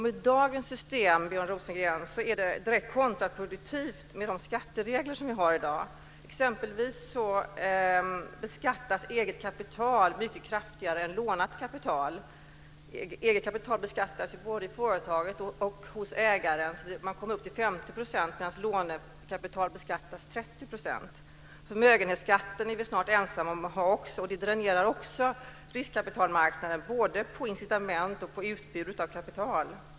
I dagens system, Björn Rosengren, är våra skatteregler direkt kontraproduktiva. Exempelvis beskattas eget kapital mycket kraftigare än lånat kapital. Eget kapital beskattas både hos företaget och hos ägaren. Skatten kan bli upp till 50 % medan lånat kapital beskattas med 30 %. Vi är snart ensamma om att ha förmögenhetsskatt, och den dränerar också riskkapitalmarknanden både på incitament och på utbudet av kapital.